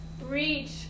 reach